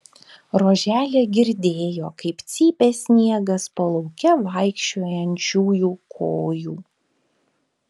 roželė girdėjo kaip cypė sniegas po lauke vaikščiojančiųjų kojų